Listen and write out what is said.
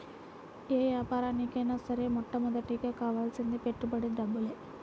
యే యాపారానికైనా సరే మొట్టమొదటగా కావాల్సింది పెట్టుబడి డబ్బులే